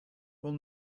will